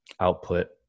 output